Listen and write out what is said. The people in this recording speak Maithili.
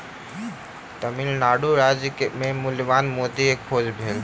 तमिल नाडु राज्य मे मूल्यवान मोती के खोज भेल